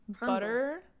butter